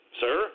sir